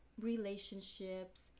relationships